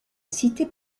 cité